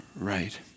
right